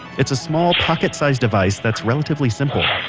it's a small pocket-sized device that's relatively simple.